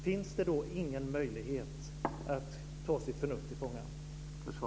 Finns det ingen möjlighet att ta sitt förnuft till fånga?